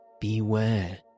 beware